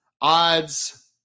Odds